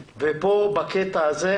זה קשור להקפדה על ההנחיות.